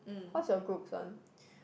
what's your group's one